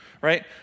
Right